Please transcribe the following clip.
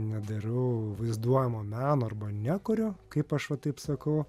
nedarau vaizduojamo meno arba nekuriu kaip aš va taip sakau